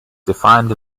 defined